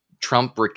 Trump